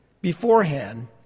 beforehand